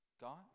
God